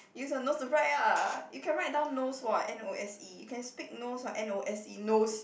use your nose to write lah you can write down nose what N O S E you can speak nose what N O S E nose